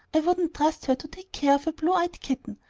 i wouldn't trust her to take care of a blue-eyed kitten,